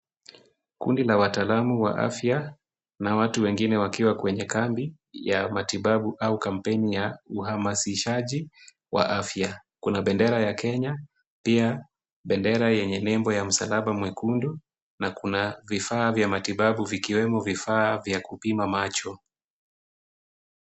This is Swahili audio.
Kundi la wataalamu wa afya na watu wengine wakiwa kwenye kambi ya matibabu au kampeni ya uhamasishaji wa afya. Kuna bendera ya Kenya, pia bendera yenye nembo ya msalaba mwekundu. Na kuna vifaa vya matibabu vikiwemo vifaa vya kupima macho.